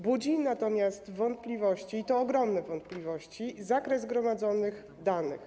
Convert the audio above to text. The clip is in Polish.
Budzi natomiast wątpliwości, i to ogromne wątpliwości, zakres gromadzonych danych.